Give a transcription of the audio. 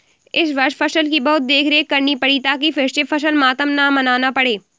इस वर्ष फसल की बहुत देखरेख करनी पड़ी ताकि फिर से फसल मातम न मनाना पड़े